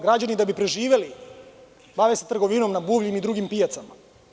Građani da bi preživeli bave se trgovinom na buvljim i drugim pijacama.